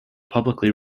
publicly